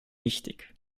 wichtig